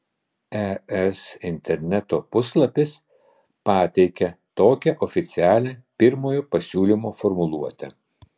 es interneto puslapis pateikia tokią oficialią pirmojo pasiūlymo formuluotę